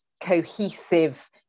cohesive